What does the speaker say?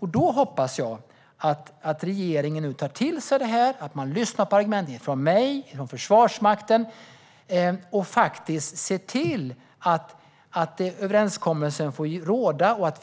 Jag hoppas att regeringen nu tar till sig det, lyssnar på argumenten från mig och från Försvarsmakten, ser till att överenskommelsen får råda så att